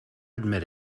admit